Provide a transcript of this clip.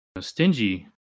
stingy